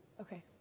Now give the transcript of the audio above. Okay